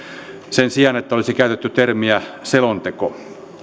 sen sijaan että olisi käytetty termiä selonteko